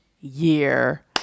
year